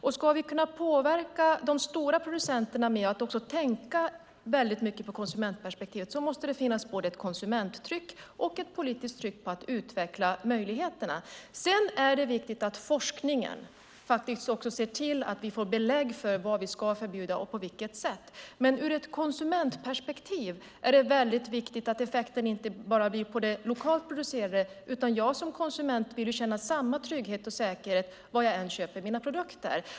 Om vi ska kunna påverka de stora producenterna så att de tänker på konsumentperspektivet måste det finnas både ett konsumenttryck och ett politiskt tryck på att utveckla möjligheterna. Det är också viktigt att forskningen ser till att vi får belägg för vad vi ska förbjuda och på vilket sätt. Men ur ett konsumentperspektiv är det viktigt att effekten inte bara blir på det lokalt producerade. Jag som konsument vill känna samma trygghet och säkerhet var jag än köper mina produkter.